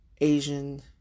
Asian